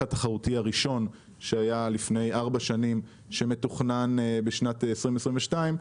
התחרותי הראשון שהיה לפני ארבע שנים ומתוכנן בשנת 2022,